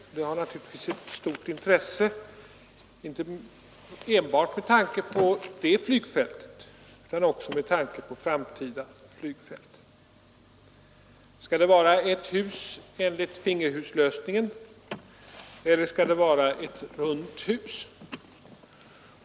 Den frågan har naturligtvis stort intresse, inte enbart med tanke på det flygfältet utan också med tanke på framtida flygfält. Skall det vara ett hus enligt fingerhuslösningen, eller skall det vara ett runt hus?